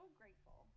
grateful